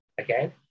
Okay